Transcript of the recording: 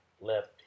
left